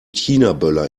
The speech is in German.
chinaböller